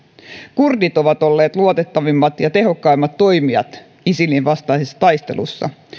kurdit ovat olleet luotettavimmat ja tehokkaimmat toimijat isilin vastaisessa taistelussa